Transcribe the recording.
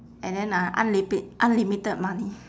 and then uh unlimi~ unlimited money